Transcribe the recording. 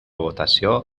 votació